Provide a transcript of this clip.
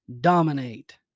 dominate